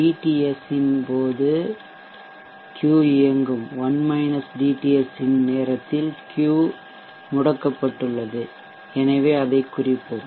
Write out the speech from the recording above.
dTs இன் போது Q இயங்கும் TS இன் நேரத்தில் Q முடக்கப்பட்டுள்ளது எனவே அதைக் குறிப்போம்